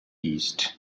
east